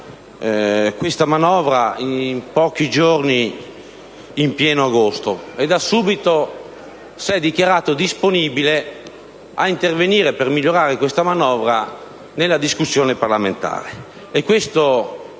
questa manovra in pochi giorni in pieno agosto e si è subito dichiarato disponibile ad intervenire per migliorarla nella discussione parlamentare.